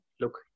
look